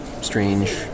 strange